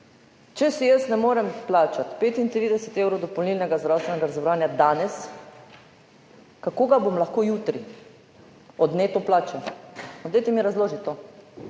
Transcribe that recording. Če si jaz ne morem plačati 35 evrov dopolnilnega zdravstvenega zavarovanja danes, kako ga bom lahko jutri od neto plače? Dajte mi razložiti to.